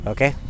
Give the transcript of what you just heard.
Okay